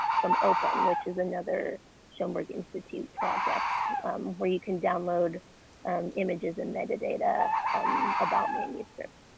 from openn, which is another schoenberg institute project where you can download images and metadata about manuscript.